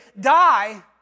die